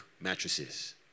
mattresses